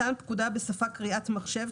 מתן פקודה בשפה קריאת מחשב,